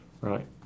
Right